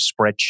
spreadsheet